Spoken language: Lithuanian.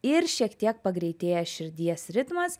ir šiek tiek pagreitėja širdies ritmas